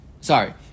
Sorry